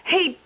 Hey